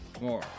more